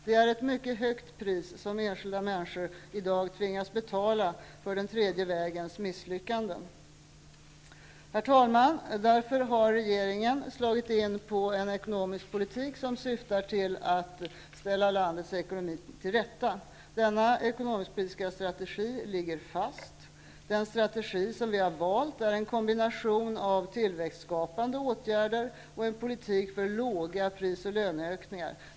Det är ett mycket högt pris som enskilda människor i dag tvingas betala för den tredje vägens misslyckanden. Herr talman! Därför har regeringen slagit in på en ekonomisk politik som syftar till att ställa landets ekonomi till rätta. Denna ekonomisk-politiska strategi ligger fast. Den strategi som vi har valt är en kombination av tillväxtskapande åtgärder och en politik för låga pris och löneökningar.